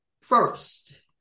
first